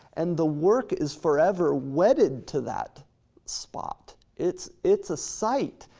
and the work is forever wedded to that spot. it's it's a site,